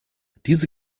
diese